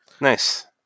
Nice